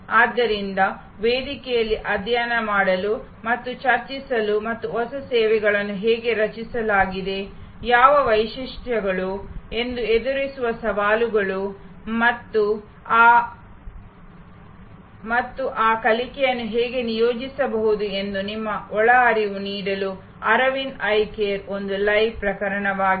ಆದ್ದರಿಂದ ವೇದಿಕೆಯಲ್ಲಿ ಅಧ್ಯಯನ ಮಾಡಲು ಮತ್ತು ಚರ್ಚಿಸಲು ಮತ್ತು ಹೊಸ ಸೇವೆಯನ್ನು ಹೇಗೆ ರಚಿಸಲಾಗಿದೆ ಯಾವ ವೈಶಿಷ್ಟ್ಯಗಳು ಅವರು ಎದುರಿಸಿದ ಸವಾಲುಗಳು ಮತ್ತು ಆ ಕಲಿಕೆಗಳನ್ನು ಹೇಗೆ ನಿಯೋಜಿಸಬಹುದು ಎಂದು ನಿಮ್ಮ ಒಳಹರಿವು ನೀಡಲು ಅರವಿಂದ್ ಐ ಕೇರ್ ಒಂದು ಲೈವ್ ಪ್ರಕರಣವಾಗಿದೆ